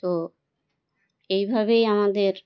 তো এই ভাবেই আমাদের